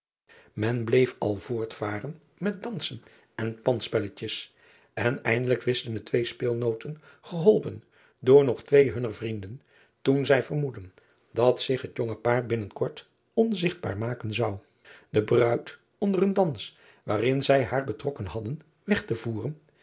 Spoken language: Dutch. en bleef al voortvaren met dansen en pandspelletjes en eindelijk wisten de twee speelnooten geholpen door nog twee hunner vrienden toen zij vermoedden dat zich het jonge paar binnen kort onzigtbaar maken zon de ruid onder een dans waarin zij haar betrokken hadden weg te voeren